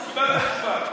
תשמע את התשובה.